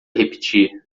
repetir